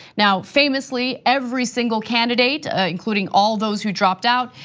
now, famously, every single candidate, including all those who dropped out,